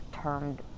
termed